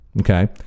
Okay